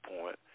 point